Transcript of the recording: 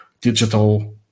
digital